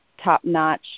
top-notch